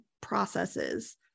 processes